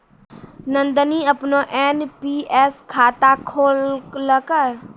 नंदनी अपनो एन.पी.एस खाता खोललकै